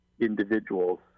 individuals